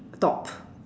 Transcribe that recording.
top